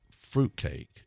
fruitcake